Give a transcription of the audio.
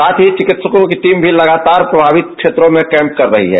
साथ ही चिकित्सकों की टीम भी लगातार प्रभावित क्षेत्रों में कैम्प कर रही है